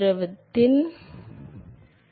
இது திரவத்தின் வீழ்ச்சிக்கு வழிவகுக்கிறது